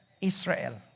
Israel